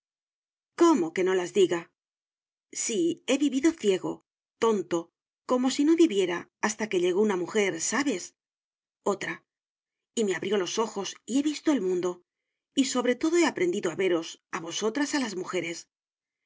cómo que no las diga sí he vivido ciego tonto como si no viviera hasta que llegó una mujer sabes otra y me abrió los ojos y he visto el mundo y sobre todo he aprendido a veros a vosotras a las mujeres